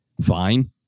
fine